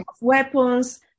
weapons